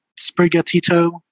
Sprigatito